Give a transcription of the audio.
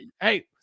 Hey